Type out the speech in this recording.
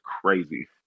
crazy